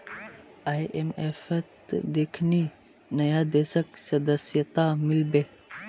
आईएमएफत देखनी नया देशक सदस्यता मिल बे